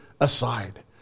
aside